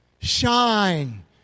shine